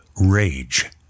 Rage